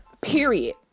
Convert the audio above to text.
period